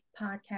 podcast